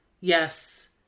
yes